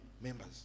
members